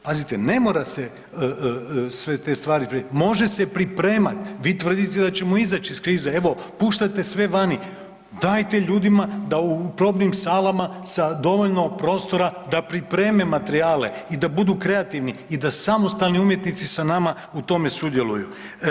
Pazite ne mora se sve te stvari, može se pripremati, vi tvrdite da ćemo izaći iz krize, evo puštate sve vani, dajte ljudima da u probnim salama sa dovoljno prostora da pripreme materijale i da budu kreativni i da samostalni umjetnici sa nama u tome sudjeluju.